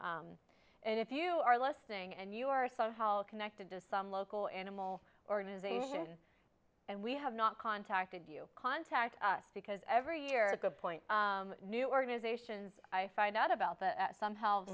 and if you are listening and you are somehow connected to some local animal organization and we have not contacted you contact us because every year good point new organizations i find out about that somehow